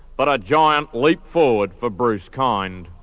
but a giant leap forward for bruce-kind.